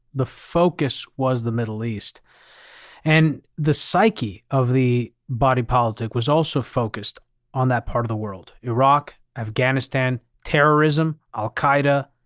the focus was the middle east and the psyche of the body politic was also focused on that part of the world iraq, afghanistan, terrorism, al-qaeda.